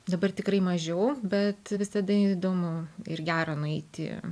dabar tikrai mažiau bet visada įdomu ir gera nueiti